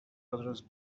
address